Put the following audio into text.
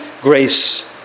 grace